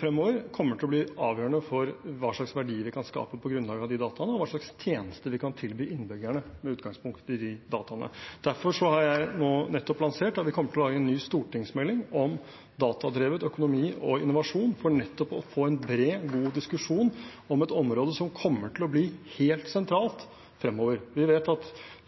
fremover, kommer til å bli avgjørende for hva slags verdier vi kan skape på grunnlag av de dataene, og hva slags tjenester vi kan tilby innbyggerne med utgangspunkt i de dataene. Derfor har jeg nettopp lansert at vi kommer til å lage en ny stortingsmelding om datadrevet økonomi og innovasjon for nettopp å få en bred, god diskusjon om et område som kommer til å bli helt sentralt fremover. Det er